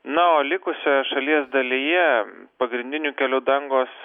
na o likusioje šalies dalyje pagrindinių kelių dangos